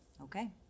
Okay